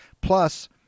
Plus